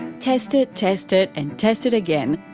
test it, test it, and test it again!